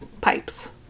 pipes